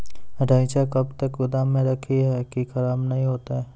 रईचा कब तक गोदाम मे रखी है की खराब नहीं होता?